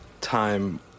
time